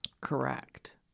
Correct